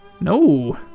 No